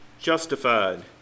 justified